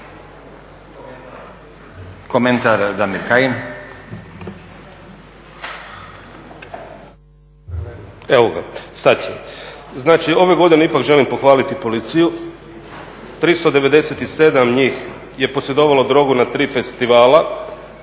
Komentar, Damir Kajin. **Kajin, Damir (ID - DI)** Znači ove godine ipak želim pohvaliti Policiju. 397 njih je posjedovalo drogu na tri festivala.